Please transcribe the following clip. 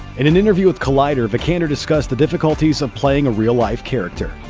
in an interview with collider, vikander discussed the difficulties of playing a real-life character.